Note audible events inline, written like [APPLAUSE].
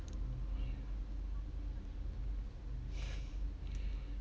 [BREATH]